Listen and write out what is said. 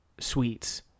sweets